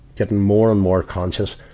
getting more and more conscious